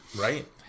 Right